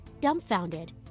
dumbfounded